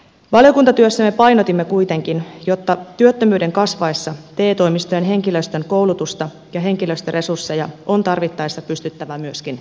valiokuntatyössämme painotimme kuitenkin että työttömyyden kasvaessa te toimistojen henkilöstön koulutusta ja henkilöstöresursseja on tarvittaessa pystyttävä myöskin lisäämään